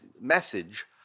message